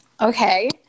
Okay